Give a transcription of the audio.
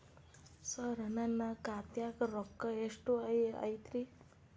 ಸರ ನನ್ನ ಖಾತ್ಯಾಗ ರೊಕ್ಕ ಎಷ್ಟು ಐತಿರಿ?